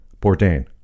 Bourdain